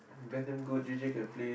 Ben damn good G_J can play